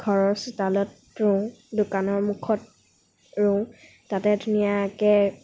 ঘৰৰ চোতালত ৰুওঁ দোকানৰ মুখত ৰুওঁ তাতে ধুনীয়াকৈ